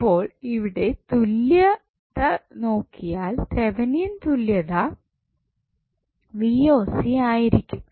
ഇപ്പോൾ ഇവിടെ തുല്യത നോക്കിയാൽ തെവിനിയൻ തുല്യതാ ആയിരിക്കും